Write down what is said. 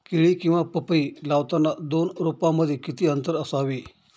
केळी किंवा पपई लावताना दोन रोपांमध्ये किती अंतर असावे?